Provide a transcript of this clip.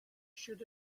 should